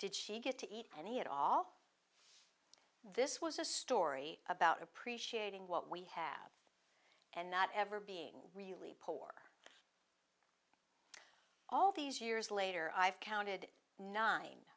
did she get to eat any at all this was a story about appreciating what we have and not ever being really poor all these years later i've counted nine